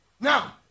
now